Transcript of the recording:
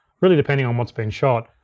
really depending on what's being shot.